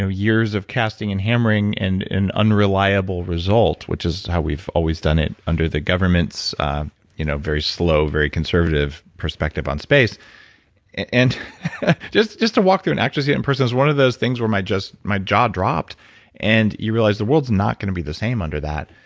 ah years of casting and hammering and an unreliable result which is how we've always done it under the government's you know very slow, very conservative perspective on space and just just to walk through and actually see it in person was one of those things where just. my jaw dropped and you realize the world's not going to be the same under that.